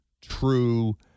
true